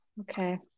Okay